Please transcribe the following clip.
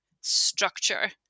structure